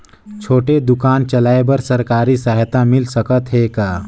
छोटे दुकान चलाय बर सरकारी सहायता मिल सकत हे का?